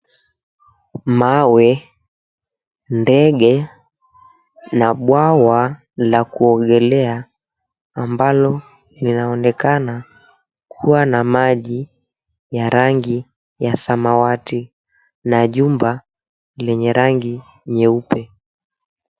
Mawe, ndege na bwawa la kuogelea ambalo linaonekana kua na maji ya rangi ya samawati na jumba lenye rangi nyeupe.